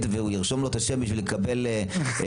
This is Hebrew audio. והוא ירשום לו את השם בשביל לקבל החזר?